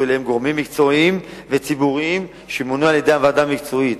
אליהן גורמים מקצועיים וציבוריים שמונו על-ידי הוועדה המקצועית.